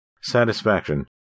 satisfaction